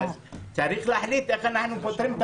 אז צריך להחליט איך אנחנו פותרים את